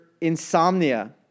insomnia